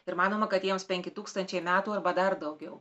ir manoma kad jiems penki tūkstančiai metų arba dar daugiau